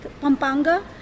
Pampanga